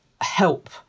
help